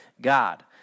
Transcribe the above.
God